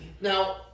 Now